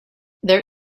there